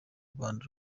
rwanda